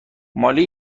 مالی